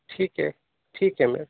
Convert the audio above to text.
ٹھیک ہے ٹھیک ہے میم